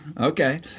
Okay